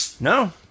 No